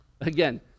Again